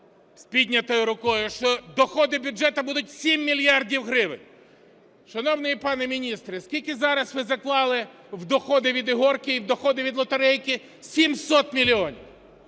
з піднятою рукою, що доходи бюджету будуть 7 мільярдів гривень. Шановний пане міністре, скільки зараз ви заклали в доходи від "ігорки" і в доходи від "лотерейки"? 700 мільйонів.